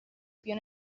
pio